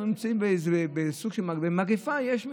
אנחנו נמצאים באיזה סוג של מגפה, ובמגפה יש מתים.